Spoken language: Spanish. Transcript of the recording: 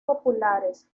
populares